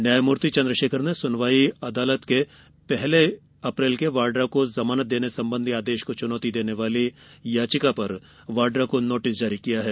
न्यायमूर्ति चंद्रशेखर ने सुनवाई अदालत के पहली अप्रैल के वाड्रा को जमानत देने संबंधी आदेश को चुनौती देने वाली याचिका पर वाड्रा को नोटिस जारी किया है